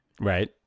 Right